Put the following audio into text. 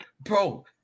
Bro